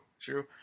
true